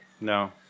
No